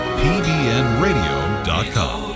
pbnradio.com